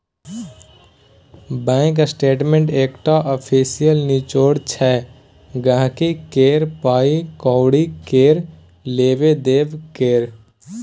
bank statement एकटा official निचोड़ छै गांहिकी केर पाइ कौड़ी केर लेब देब केर